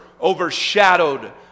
overshadowed